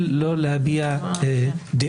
לא באתי לתת כאן פתרון,